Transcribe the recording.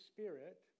Spirit